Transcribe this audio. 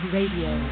Radio